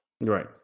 right